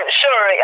sure